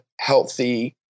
healthy